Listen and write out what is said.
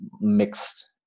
mixed